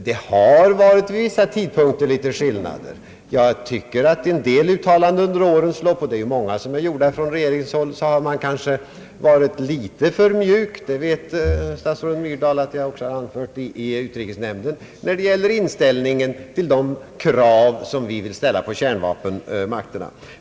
Det har varit någon skillnad vid vissa tidpunkter. I en del av de många uttalanden som under årens lopp gjorts från regeringshåll har man kanske varit litet för mjuk — det vet statsrådet Myrdal att jag också anfört i utrikesnämnden — när det gäller inställningen till de krav vi vill ställa på kärnvapenmakterna.